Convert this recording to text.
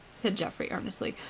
said geoffrey, earnestly,